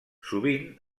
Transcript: sovint